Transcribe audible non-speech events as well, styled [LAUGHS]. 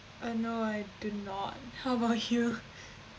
uh no I do not how about you [LAUGHS]